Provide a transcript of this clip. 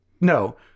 No